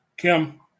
Kim